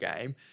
game